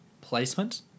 placement